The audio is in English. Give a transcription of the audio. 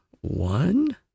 One